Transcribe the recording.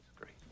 great